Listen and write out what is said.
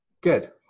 good